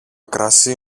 κρασί